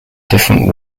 different